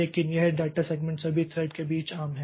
लेकिन यह data segment सभी थ्रेड के बीच आम है